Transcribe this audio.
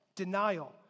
Denial